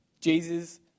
Jesus